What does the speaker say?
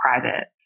private